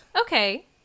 Okay